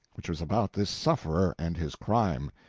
which was about this sufferer and his crime.